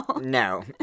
no